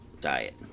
diet